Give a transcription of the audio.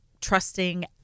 trusting